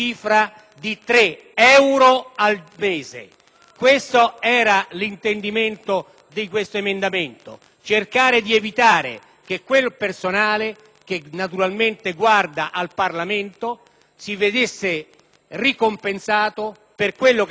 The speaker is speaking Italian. Questo era l'intendimento dell'emendamento 6.0.12: cercare di evitare che quel personale (che naturalmente guarda al Parlamento) si vedesse ricompensato, per quello che fa, con tre euro al mese. Infine,